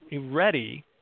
ready